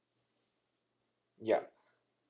yup